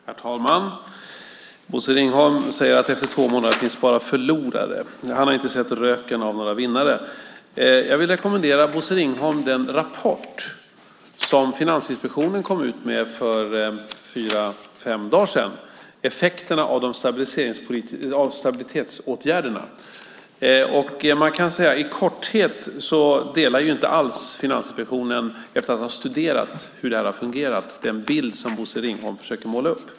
Herr talman! Bosse Ringholm säger att det efter två månader bara finns förlorare. Han har inte sett röken av några vinnare. Jag vill rekommendera Bosse Ringholm den rapport som Finansinspektionen kom ut med för fyra fem dagar sedan om effekterna av stabilitetsåtgärderna. I korthet kan man säga att Finansinspektionen, efter att ha studerat hur det här har fungerat, inte alls delar den bild som Bosse Ringholm försöker måla upp.